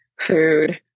food